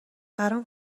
برام